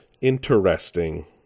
interesting